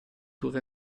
tour